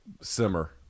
simmer